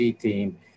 team